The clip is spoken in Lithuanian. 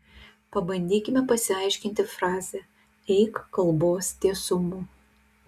pabandykime pasiaiškinti frazę eik kalbos tiesumu